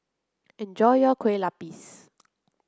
enjoy your Kueh Lupis